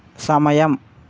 సమయం